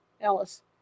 Alice